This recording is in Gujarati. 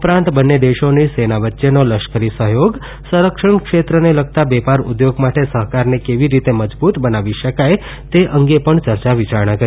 ઉપરાંત બંને દેશોની સેના વચ્ચેનો લશ્કરી સહયોગ સંરક્ષણ ક્ષેત્રને લગતા વેપાર ઉદ્યોગ માટે સહકારને કેવી રીતે મજબૂત બનાવી શકાય તે અંગે પણ ચર્ચા વિચારણા કરી